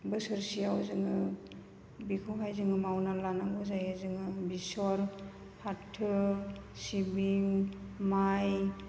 बोसोरसेआव जोङो बेखौहाय जोङो मावनानै लानांगौ जायो जोङो बेसर फाथो सिबिं माइ